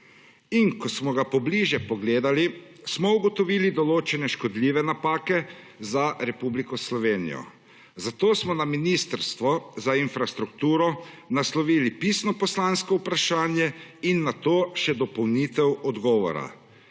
in ko smo ga pobliže pogledali smo ugotovili določene škodljive napake za Republiko Slovenijo, zato smo na Ministrstvo za infrastrukturo naslovili pisno poslansko vprašanje in nato še dopolnitev odgovora.